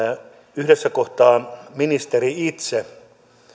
yhdessä kohtaa ministeri itse